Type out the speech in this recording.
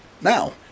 Now